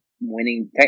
winning